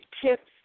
tips